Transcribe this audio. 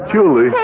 Julie